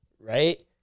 right